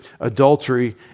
adultery